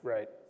Right